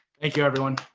thank you everyone.